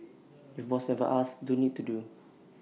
if boss never asks don't need to do